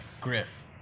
Griff